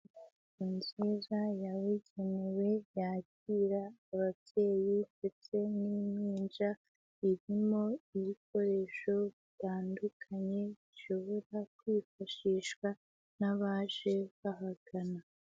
Inzu nziza yabugenewe yakira ababyeyi ndetse n'impinja, irimo ibikoresho bitandukanye bishobora kwifashishwa n'abaje bahagana.